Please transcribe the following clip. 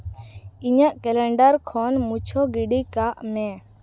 ᱤᱧᱟᱹᱜ ᱠᱮᱞᱮᱱᱰᱟᱨ ᱠᱷᱚᱱ ᱢᱩᱪᱷᱟᱹᱣ ᱜᱤᱰᱤ ᱠᱟᱜ ᱢᱮ